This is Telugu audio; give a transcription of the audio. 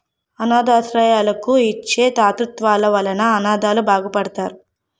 అనాధ శరణాలయాలకు ఇచ్చే తాతృత్వాల వలన అనాధలు బాగుపడతారు